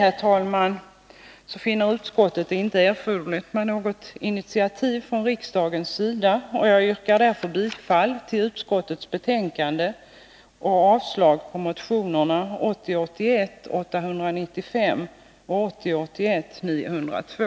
Av de anförda skälen finner utskottet det inte erforderligt med något initiativ från riksdagens sida, och jag yrkar bifall till utskottets hemställan och avslag på motionerna 1980 81:902.